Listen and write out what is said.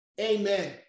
Amen